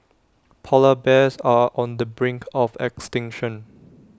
Polar Bears are on the brink of extinction